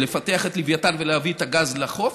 לפתח את לווייתן ולהביא את הגז לחוף,